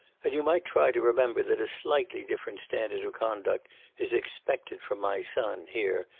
and you might try to remember that a slightly different standard of conduct is expected from my son, here,